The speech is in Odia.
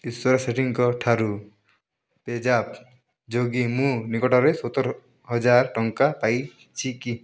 ଈଶ୍ୱର ସେଠୀଙ୍କ ଠାରୁ ପେଜାପ୍ ଯୋଗେ ମୁଁ ନିକଟରେ ସତର ହଜାର ଟଙ୍କା ପାଇଛି କି